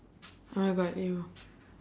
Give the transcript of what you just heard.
alright but you